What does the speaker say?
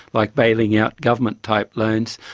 like bailing out government type loans,